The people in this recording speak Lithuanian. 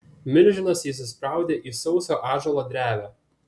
milžinas įsispraudė į sauso ąžuolo drevę